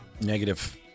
Negative